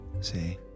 See